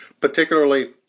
particularly